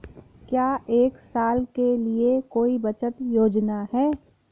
क्या एक साल के लिए कोई बचत योजना है?